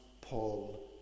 Paul